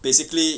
basically